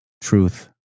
truth